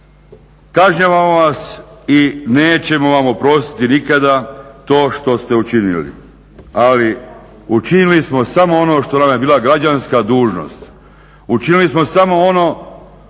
kažnjavamo vas i nećemo vam oprostiti nikada to što ste učinili. Ali učinili smo samo ono što nam je bila građanska dužnost, učinili smo samo ono